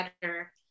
better